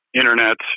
internet